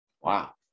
Wow